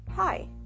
Hi